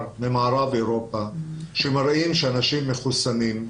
ממערב אירופה שמראים שאנשים מחוסנים,